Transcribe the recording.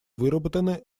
выработаны